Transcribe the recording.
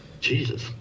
Jesus